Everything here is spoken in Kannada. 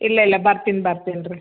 ಇಲ್ಲ ಇಲ್ಲ ಬರ್ತೀನಿ ಬರ್ತೀನಿ ರೀ